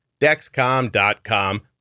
dexcom.com